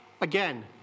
Again